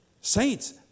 Saints